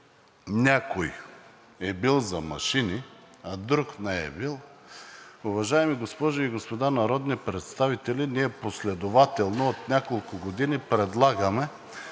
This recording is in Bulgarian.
някой е бил за машини, а друг не е бил, уважаеми госпожи и господа народни представители, ние последователно от няколко години предлагаме